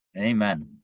Amen